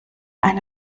eine